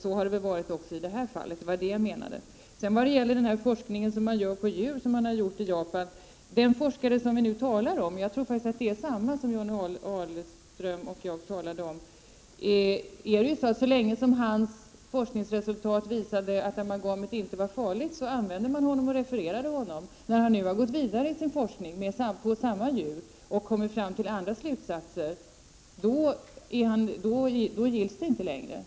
Så har det nog varit även i detta fall. Jag vill nämna den forskning med djur som bedrivs i Japan. Jag tror att Johnny Ahlqvist och jag talar om samma forskare. Så länge denne forskares resultat visade att amalgamet inte var farligt refererade man till honom. Men när han nu har gått vidare i sin forskning på djur och kommit fram till andra slutsater, då tar man inte hans forskning på allvar.